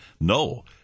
No